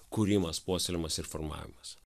kūrimas puoselėjimas ir formavimas